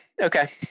Okay